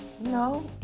No